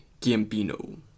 gambino